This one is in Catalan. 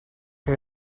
que